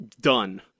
done